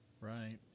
Right